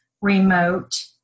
remote